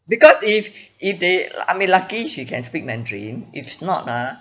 because if if they I mean lucky she can speak mandarin if not ah